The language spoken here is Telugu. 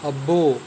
అబ్బో